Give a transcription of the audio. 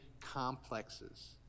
complexes